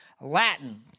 Latin